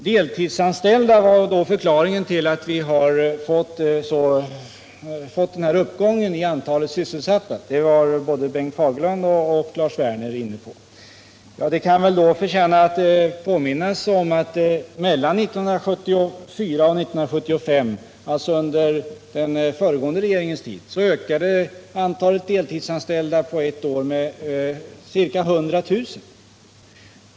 Deltidsanställda var förklaringen till uppgången i antalet sysselsatta, ansåg både Bengt Fagerlund och Lars Werner. Det förtjänar då påminnas om att antalet deltidsanställda mellan 1974 och 1975, alltså under den föregående regeringens tid, ökade med ca 100 000.